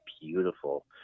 beautiful